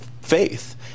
faith